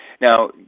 now